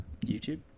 YouTube